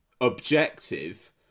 objective